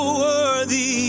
worthy